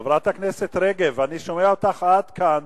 חברת הכנסת רגב, אני שומע אותך עד כאן.